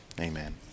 amen